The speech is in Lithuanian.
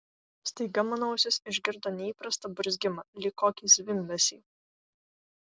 staiga mano ausis išgirdo neįprastą burzgimą lyg kokį zvimbesį